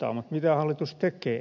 mutta mitä hallitus tekee